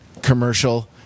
commercial